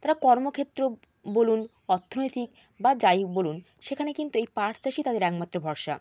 তারা কর্মক্ষেত্রেও বলুন অর্থনৈতিক বা যাই বলুন সেখানে কিন্তু এই পাট চাষই তাদের একমাত্র ভরসা